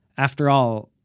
after all,